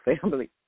family